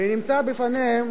ומציבה בפניהם